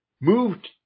moved